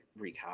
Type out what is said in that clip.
recap